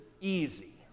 easy